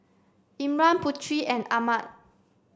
Imran Putri and Ahmad